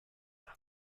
now